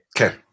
Okay